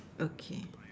okay